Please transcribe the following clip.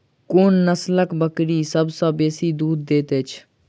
कोन नसलक बकरी सबसँ बेसी दूध देइत अछि?